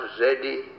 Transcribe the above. ready